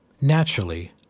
Naturally